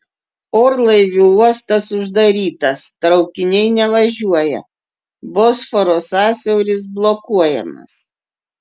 orlaivių uostas uždarytas traukiniai nevažiuoja bosforo sąsiauris blokuojamas